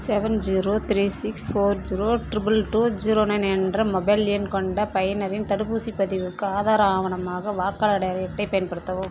seven zero three six four zero triple two zero nine என்ற mobile எண் கொண்ட பயனரின் தடுப்பூசிப் பதிவுக்கு ஆதார ஆவணமாக வாக்காளர் அடையாள அட்டை பயன்படுத்தவும்